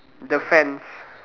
the fence